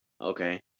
Okay